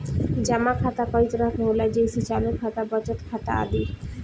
जमा खाता कई तरह के होला जेइसे चालु खाता, बचत खाता आदि